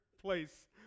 place